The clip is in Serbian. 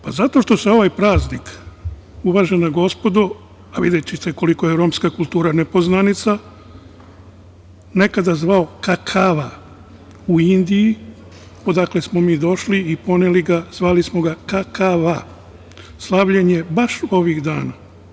Pa, zato što se ovaj praznik, uvažena gospodo, a videćete koliko je romska kultura nepoznanica, nekada zvao "Kakava" u Indiji, odakle smo mi došli i poneli ga zvali smo ga "Kakava", slavljen je baš ovih dana.